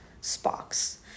sparks